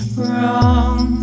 wrong